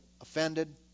offended